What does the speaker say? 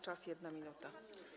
Czas - 1 minuta.